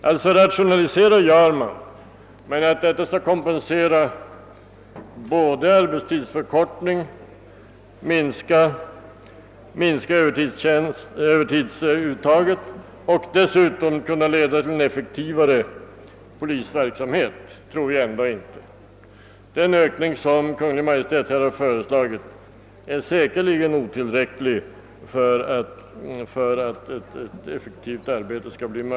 Man rationaliserar alltså, men att detta skall kunna kompensera arbetstidsförkortningen, minska övertidsuttaget och dessutom leda till en effektivare polisverksamhet, det tror jag ändå inte. Den anslagsökning som Kungl. Maj:t här har föreslagit är säkerligen otillräcklig för att åstadkomma ett effektivt arbete.